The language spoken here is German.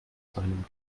seinem